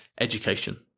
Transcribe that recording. education